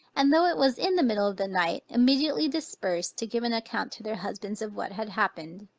and, though it was in the middle of the night immediately dispersed, to give an account to their husbands of what had happened.